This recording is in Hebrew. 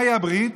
מהי הברית?